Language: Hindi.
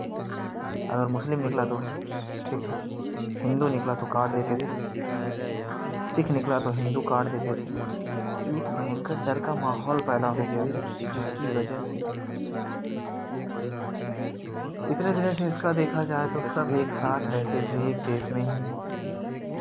अगर मुस्लिम निकला तो ठीक है हिंदू निकला तो काट देते थे सिक्ख निकला तो हिंदू काट देते थे एक भयंकर डर का माहौल पैदा हो गया था जिसकी वजह से इतने दिनों से इसका देखा जाए तो सब एक साथ रहते थे एक देश में ही